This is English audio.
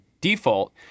default